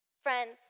Friends